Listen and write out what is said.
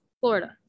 Florida